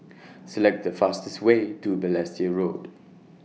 Select The fastest Way to Balestier Road